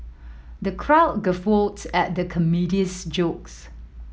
the crowd guffawed at the comedian's jokes